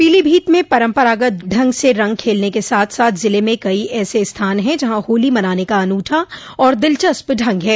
पीलीभीत में परम्परागत ढंग से रंग खेलने के साथ साथ ज़िले में कई ऐसे स्थान हैं जहां होली मनाने का अनूठा और दिलचस्प ढंग है